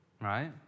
right